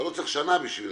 לא צריך שנה בשבילם.